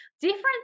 Different